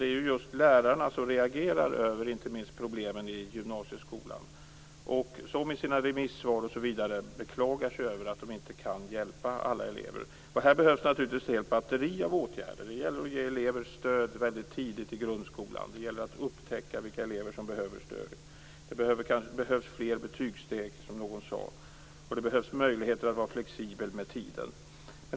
Det är just lärarna som reagerar över inte minst problemen i gymnasieskolan och som i sina remissvar osv. beklagar sig över att de inte kan hjälpa alla elever. Här behövs naturligtvis ett helt batteri av åtgärder. Det gäller att ge elever stöd väldigt tidigt i grundskolan och att upptäcka vilka elever som behöver stöd. Det behövs fler betygssteg, som någon sade, och möjligheter att vara flexibel med tiden.